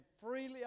freely